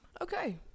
okay